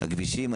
עם הכבישים,